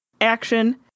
action